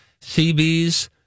CBs